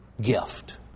gift